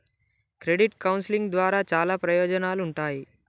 credit counselling ద్వారా చాలా ప్రయోజనాలుంటాయి